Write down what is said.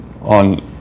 On